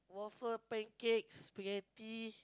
waffle pancakes spaghetti